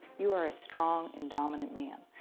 you are a strong and dominant man,